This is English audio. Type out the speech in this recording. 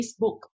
Facebook